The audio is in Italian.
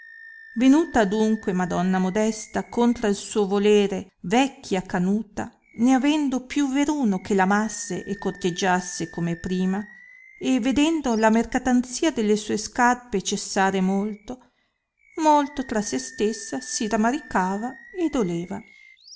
venuta adunque madonna modesta contra suo volere vecchia canuta né avendo più veruno che l'amasse e corteggiasse come prima e vedendo la mercatanzia delle sue scarpe cessare molto molto tra se stessa si rammaricava e doleva